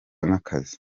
nk’akazi